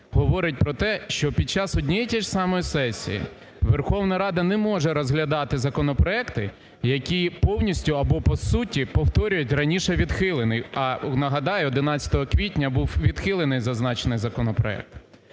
говорить про те, що під час однієї і тої ж самої сесії Верховна Рада не може розглядати законопроект, які повністю або по суті повторюють раніше відхилений. А нагадаю, 11 квітня був відхилений зазначений законопроект.